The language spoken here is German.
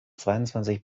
zweiundzwanzig